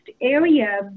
area